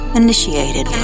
initiated